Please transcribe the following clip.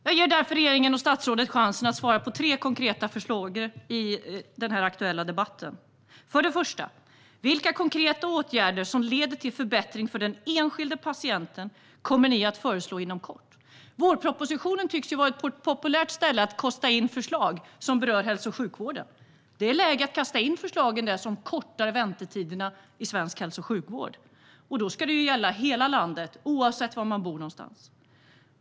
Jag ger därför regeringen och statsrådet chansen att svara på tre konkreta frågor i den här aktuella debatten. För det första: Vilka konkreta åtgärder som leder till förbättring för den enskilde patienten kommer ni att föreslå inom kort? Vårpropositionen tycks vara populär för att kasta in förslag som berör hälso och sjukvården. Det är läge att kasta in förslagen som kortar väntetiderna i svensk hälso och sjukvård där. Och då ska det gälla hela landet, oavsett var man bor.